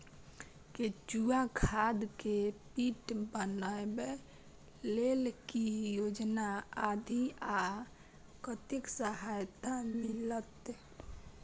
केचुआ खाद के पीट बनाबै लेल की योजना अछि आ कतेक सहायता मिलत?